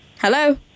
Hello